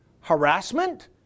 harassment